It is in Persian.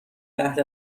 اهل